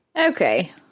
Okay